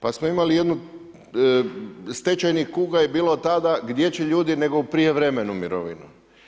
Pa smo imali jednu, stečajnih kuga je bilo tada, gdje će ljudi nego u prijevremenu mirovinu.